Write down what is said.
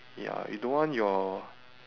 ya we don't want your